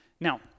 Now